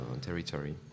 territory